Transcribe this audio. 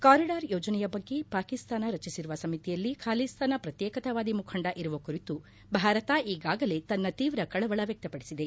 corridor ಯೋಜನೆ ಬಗ್ಗೆ ಪಾಕಿಸ್ತಾನ ರಚಿಸಿರುವ ಸಮಿತಿಯಲ್ಲಿ ಖಾಲಿಸ್ತಾನ ಪ್ರತ್ನೇಕತವಾದಿ ಮುಖಂಡ ಇರುವ ಕುರಿತು ಭಾರತ ಈಗಾಗಲೇ ತನ್ನ ತೀವ್ರ ಕಳವಳ ವ್ನಕ್ಷಪಡಿಸಿದೆ